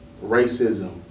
racism